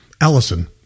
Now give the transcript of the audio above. Allison